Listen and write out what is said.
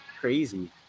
crazy